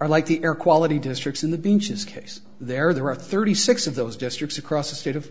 or like the air quality districts in the beaches case there are thirty six of those districts across the state of